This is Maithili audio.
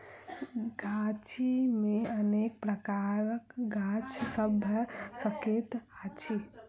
गाछी मे अनेक प्रकारक गाछ सभ भ सकैत अछि